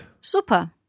Super